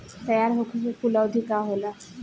तैयार होखे के कूल अवधि का होला?